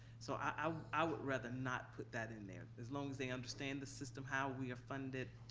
so i would rather not put that in there. as long as they understand the system, how we are funded,